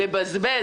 לבזבז.